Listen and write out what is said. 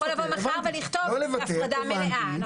הוא יכול לבוא מחר ולכתוב הפרדה מלאה.